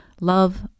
love